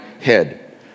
head